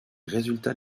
résultats